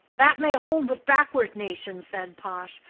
that may hold with backward nations, said pash,